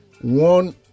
one